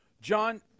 John